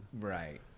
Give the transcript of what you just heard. right